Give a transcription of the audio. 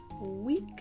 week